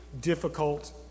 difficult